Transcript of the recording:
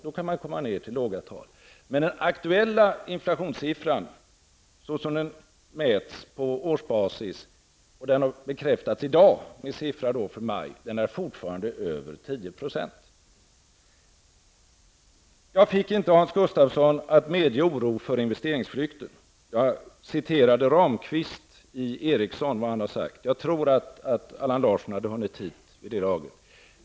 Då kan man komma ned till låga tal. Men den aktuella inflationssiffran såsom den mäts på årsbasis -- och den har bekräftats i dag i siffran för maj -- är fortfarande över 10 %. Jag fick inte Hans Gustafsson att medge oro för investeringsflykten. Jag citerade tidigare -- jag tror att Allan Larsson hade hunnit hit då -- vad Lars Ramqvist på Ericsson har sagt.